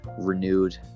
renewed